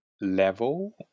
level